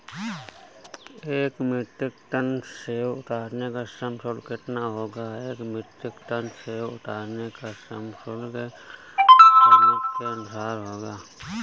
एक metric ton सेव उतारने का श्रम शुल्क कितना होगा?